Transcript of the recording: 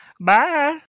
bye